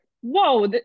whoa